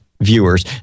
Viewers